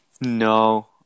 no